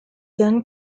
then